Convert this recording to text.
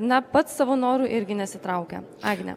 na pats savo noru irgi nesitraukia agne